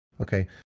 okay